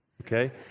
okay